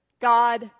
God